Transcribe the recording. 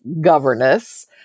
governess